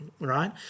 right